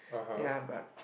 ya but